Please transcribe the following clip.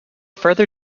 further